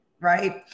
right